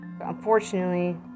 Unfortunately